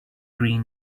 green